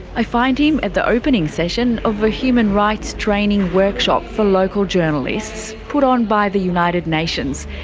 i find him at the opening session of a human rights training workshop for local journalists, put on by the united nations.